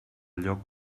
lloc